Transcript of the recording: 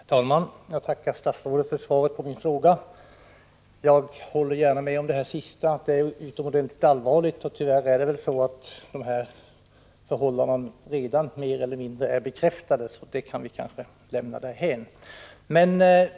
Herr talman! Jag tackar statsrådet för svaret på min fråga. Jag håller gärna med om det sista, att det är utomordentligt allvarligt, och tyvärr är väl dessa förhållanden redan mer eller mindre bekräftade, så att det kan vi kanske lämna därhän.